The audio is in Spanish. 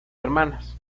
hermanas